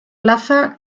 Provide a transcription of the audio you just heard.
plaza